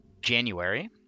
January